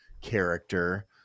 character